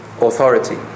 authority